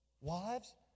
Wives